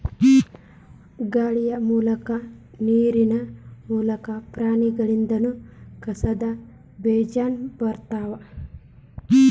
ಗಾಳಿ ಮೂಲಕಾ ನೇರಿನ ಮೂಲಕಾ, ಪ್ರಾಣಿಗಳಿಂದನು ಕಸದ ಬೇಜಾ ಬರತಾವ